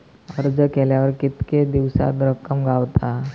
अर्ज केल्यार कीतके दिवसात रक्कम गावता?